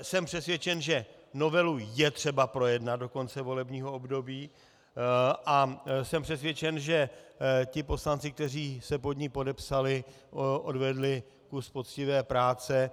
Jsem přesvědčen, že novelu je třeba projednat do konce volebního období, a jsem přesvědčen, že ti poslanci, kteří se pod ní podepsali, odvedli kus poctivé práce.